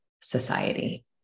society